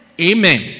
Amen